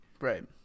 Right